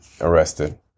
arrested